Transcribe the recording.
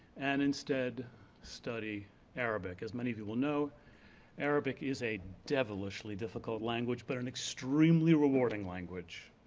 and instead study arabic. as many of you will know arabic is a devilishly difficult language, but an extremely rewarding language,